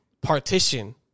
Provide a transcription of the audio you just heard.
Partition